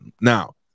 Now